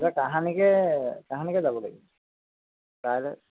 এতিয়া কাহানিকৈ কাহানিকৈ যাব লাগিব কাইলৈ